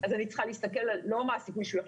אני צריכה להסתכל לא על מה הסיכוי שהוא הולך